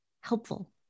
Helpful